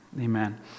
Amen